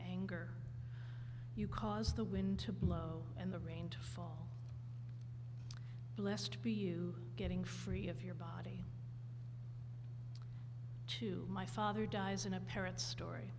anger you cause the wind to blow and the rain to fall blessed be you getting free of your body to my father dies in a parent's story